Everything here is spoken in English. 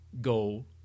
goal